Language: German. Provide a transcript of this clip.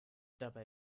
dabei